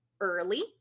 early